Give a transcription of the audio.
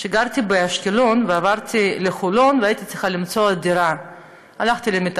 כשגרתי באשקלון ועברתי לחולון והייתי צריכה למצוא דירה.